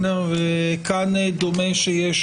כאן דומה שיש